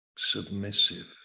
submissive